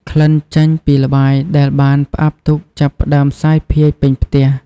ក្លិនចេញពីល្បាយដែលបានផ្អាប់ទុកចាប់ផ្ដើមសាយភាយពេញផ្ទះ។